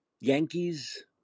Yankees